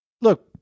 Look